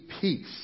peace